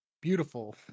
beautiful